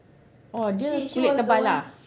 oh dia kulit tebal lah